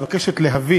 מבקשת להביא